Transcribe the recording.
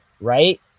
right